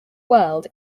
world